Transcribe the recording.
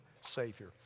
savior